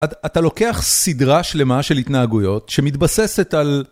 אתה לוקח סדרה שלמה של התנהגויות שמתבססת על...